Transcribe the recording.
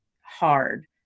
hard